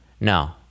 no